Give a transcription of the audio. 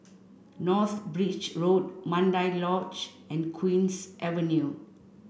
North Bridge Road Mandai Lodge and Queen's Avenue